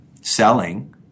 selling